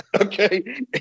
okay